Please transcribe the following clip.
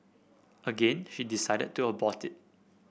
again she decided to abort it